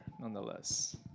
nonetheless